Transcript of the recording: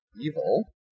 evil